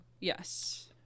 Yes